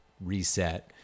reset